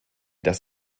das